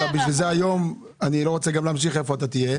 בשביל זה היום אני לא רוצה גם להמשיך איפה אתה תהיה,